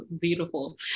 beautiful